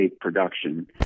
production